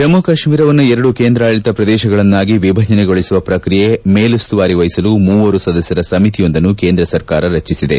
ಜಮ್ಮ ಕಾಶ್ಮೀರವನ್ನು ಎರಡು ಕೇಂದ್ರಾಡಳಿತ ಪ್ರದೇಶಗಳನ್ನಾಗಿ ವಿಭಜನೆಗೊಳಿಸುವ ಪ್ರಕ್ರಿಯೆ ಮೇಲುಸ್ತುವಾರಿ ವಹಿಸಲು ಮೂವರು ಸದಸ್ಯರ ಸಮಿತಿಯೊಂದನ್ನು ಕೇಂದ್ರ ಸರ್ಕಾರ ರಚಿಸಿದೆ